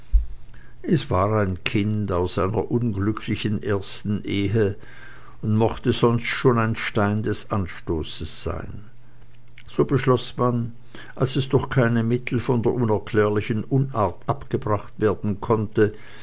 es war ein kind aus einer unglücklichen ersten ehe und mochte sonst schon ein stein des anstoßes sein so beschloß man als es durch keine mittel von der unerklärlichen unart abgebracht werden konnte